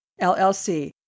LLC